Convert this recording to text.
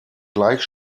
gleich